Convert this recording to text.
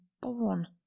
born